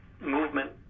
movement